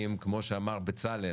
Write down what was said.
האם כמו שאמר בצלאל